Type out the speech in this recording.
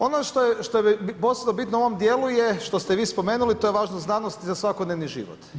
Ono što je posebno bitno u ovom dijelu je što ste vi spomenuli, to je važno znanosti za svakodnevni život.